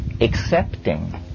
accepting